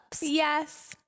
Yes